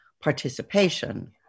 participation